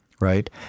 right